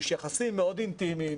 יש יחסים מאוד אינטימיים.